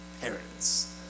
parents